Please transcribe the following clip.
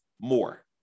more